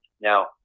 Now